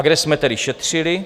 Kde jsme tedy šetřili?